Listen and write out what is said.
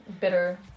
Bitter